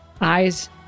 eyes